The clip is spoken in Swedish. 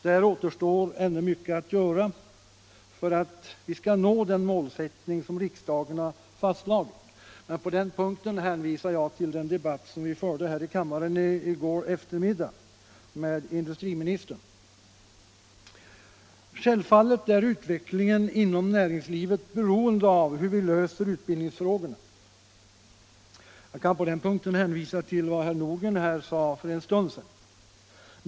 Där återstår ännu mycket att göra för att vi skall nå den målsättning som riksdagen har fastslagit. På den punkten hänvisar jag till den debatt som vi förde här i kammaren i går eftermiddag med industriministern. Självfallet är utvecklingen inom näringslivet beroende av hur vi löser utbildningsfrågorna. Jag kan på den punkten hänvisa till vad herr Nordgren här sade för en stund sedan.